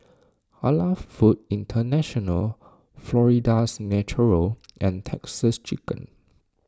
Halal Foods International Florida's Natural and Texas Chicken